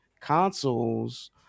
consoles